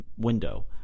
Window